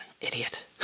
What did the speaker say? idiot